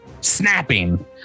snapping